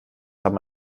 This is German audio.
haben